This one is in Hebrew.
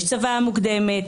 יש צוואה מוקדמת?